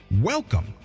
Welcome